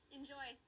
Enjoy